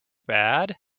bad